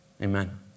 Amen